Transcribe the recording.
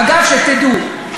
אגב, שתדעו,